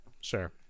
sure